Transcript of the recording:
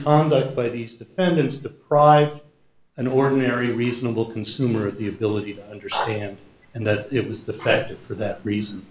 conduct by these defendants deprive an ordinary reasonable consumer of the ability to understand and that it was the practice for that reason